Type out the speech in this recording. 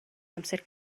amser